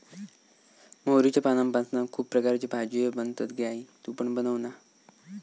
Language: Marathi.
मोहरीच्या पानांपासना खुप प्रकारचे भाजीये बनतत गे आई तु पण बनवना